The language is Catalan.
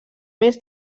més